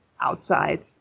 outside